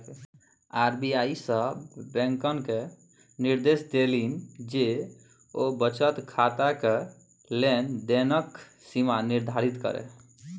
RBI सभ बैंककेँ निदेर्श देलनि जे ओ बचत खाताक लेन देनक सीमा निर्धारित करय